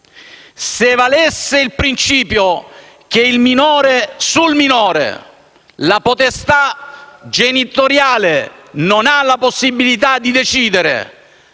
se valesse il principio che chi esercita la potestà genitoriale non ha la possibilità di decidere,